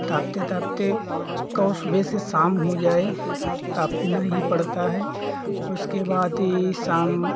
तापते तापते कहूँ सुबह से शाम हो जाए तापना ही पड़ता है उसके बाद ई शाम